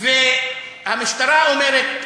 והמשטרה אומרת,